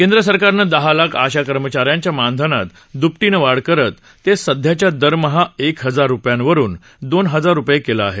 केंद्र सरकारनं दहा लाख आशा कर्मचाऱ्यांच्या मानधनात द्पटीनं वाढ करत ते सध्याच्या दरमहा एक हजार रुपयांवरून दोन हजार रुपये केलं आहे